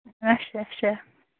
اَچھا اَچھا